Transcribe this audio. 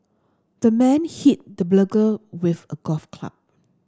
the man hit the burglar with a golf club